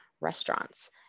restaurants